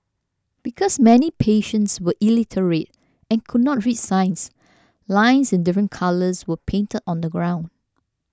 because many patients were illiterate and could not read signs lines in different colours were painted on the ground